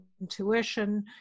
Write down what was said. intuition